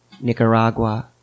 Nicaragua